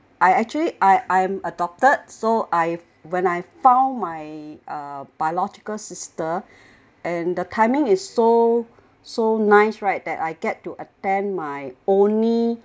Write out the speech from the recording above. I actually I I'm adopted so I when I found my uh biological sister and the timing is so so nice right that I get to attend my only